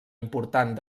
important